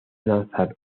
lanzar